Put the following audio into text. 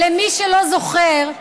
למי שלא זוכר,